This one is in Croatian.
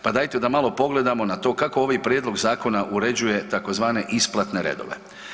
Pa dajete da malo pogledamo na to kako ovaj prijedlog zakona uređuje tzv. isplatne redove.